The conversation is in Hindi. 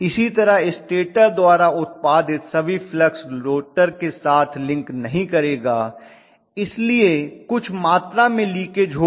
इसी तरह स्टेटर द्वारा उत्पादित सभी फ्लक्स रोटर के साथ लिंक नहीं करेगा इसलिए कुछ मात्रा में लीकेज होगा